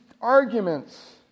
arguments